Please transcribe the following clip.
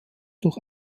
durch